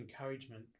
encouragement